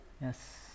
Yes